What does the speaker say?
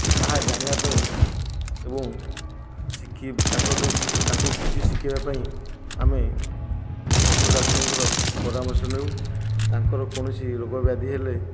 ତାହା ଜାଣିବା ପାଇଁ ଏବଂ ଶିଖି ତାଙ୍କଠୁ ତାଙ୍କୁ କିଛି ଶିଖେଇବା ପାଇଁ ଆମେ ପଶୁ ଡାକ୍ତରଙ୍କର ପରାମର୍ଶ ନେଉ ତାଙ୍କର କୌଣସି ରୋଗ ବ୍ୟାଧି ହେଲେ